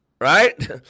Right